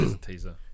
teaser